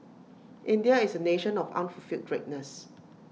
India is A nation of unfulfilled greatness